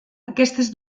aquestes